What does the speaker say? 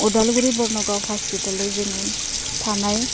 उदालगुरि बरनगाव हस्पिटालाव जोङो थानाय